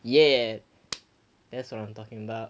ya ya that's what I'm talking about